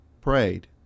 prayed